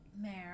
mayor